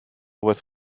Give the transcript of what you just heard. with